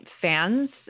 fans